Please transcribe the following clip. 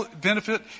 benefit